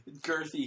Girthy